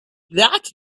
that